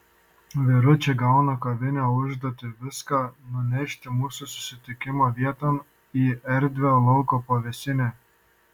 vyručiai gauna kovinę užduotį viską nunešti mūsų susitikimo vieton į erdvią lauko pavėsinę